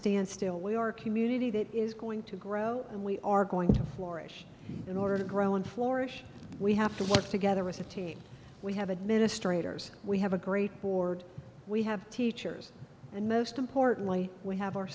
stand still we are community that is going to grow and we are going to floor it in order to grow in florida we have to work together as a team we have administrator we have a great board we have teachers and most importantly we have our